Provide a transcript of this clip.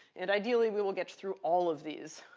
and ideally, we will get through all of these.